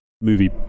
movie